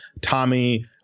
Tommy